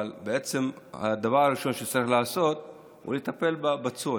אבל הדבר הראשון שצריך לעשות הוא לטפל בפצוע,